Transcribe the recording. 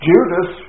Judas